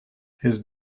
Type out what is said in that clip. his